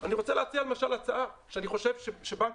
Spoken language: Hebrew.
אני רוצה להציע הצעה שאני חושב שבנק